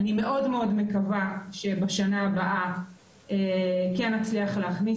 אני מאוד מקווה שבשנה הבאה כן נצליח להכניס אותה.